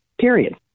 period